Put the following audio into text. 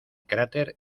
cráter